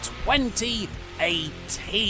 2018